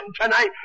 tonight